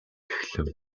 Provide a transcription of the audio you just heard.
эхлэв